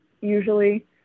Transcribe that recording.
usually